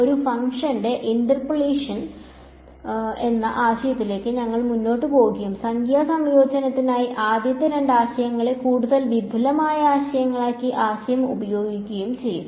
ഒരു ഫംഗ്ഷന്റെ ഇന്റർപോളേഷൻ എന്ന ആശയത്തിലേക്ക് ഞങ്ങൾ മുന്നോട്ട് പോകുകയും സംഖ്യാ സംയോജനത്തിനായി ആദ്യത്തെ രണ്ട് ആശയങ്ങളെ കൂടുതൽ വിപുലമായ ആശയങ്ങളാക്കി ആശയം ഉപയോഗിക്കുകയും ചെയ്യും